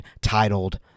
titled